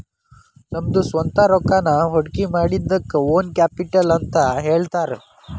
ನಮ್ದ ಸ್ವಂತ್ ರೊಕ್ಕಾನ ಹೊಡ್ಕಿಮಾಡಿದಕ್ಕ ಓನ್ ಕ್ಯಾಪಿಟಲ್ ಅಂತ್ ಹೇಳ್ತಾರ